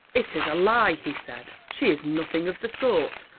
it is a lie, he said she is nothing of the sort.